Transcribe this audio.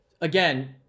again